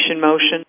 motion